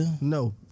No